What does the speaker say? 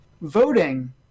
voting